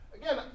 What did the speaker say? Again